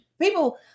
people